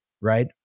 right